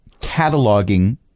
cataloging